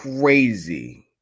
crazy